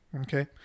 Okay